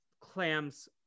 Clam's